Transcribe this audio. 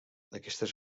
aquestes